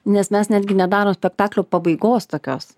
nes mes netgi nedarom spektaklio pabaigos tokios